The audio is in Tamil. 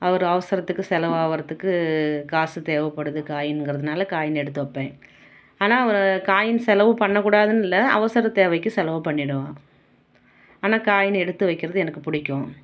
ஒரு அவசரத்துக்கு செலவாகரத்துக்கு காசு தேவைப்படுது காயினுங்கறதுனால காயின் எடுத்து வைப்பேன் ஆனால் ஒரு காயின் செலவு பண்ணக்கூடாதுன்னு இல்லை அவசர தேவைக்கு செலவு பண்ணிவிடுவேன் ஆனால் காயின் எடுத்து வைக்கிறது எனக்கு பிடிக்கும்